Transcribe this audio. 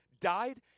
died